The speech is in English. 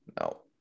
no